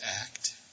act